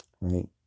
right